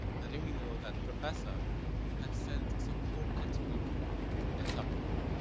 letting me know that professor had sent some home-cooked food for me in tupperware.